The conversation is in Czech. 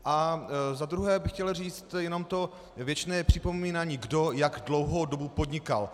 A za druhé bych chtěl říct jenom to věčné připomínání, kdo jak dlouhou dobu podnikal.